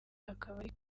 akabari